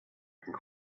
and